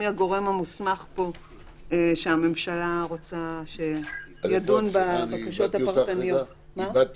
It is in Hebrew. מי הגורם המוסמך פה שהממשלה רוצה שידון בבקשות הפרטניות.